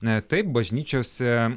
na taip bažnyčiose